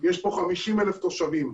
יש פה 50,000 תושבים.